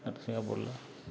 ఇంకొక ఆమె